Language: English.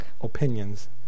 opinions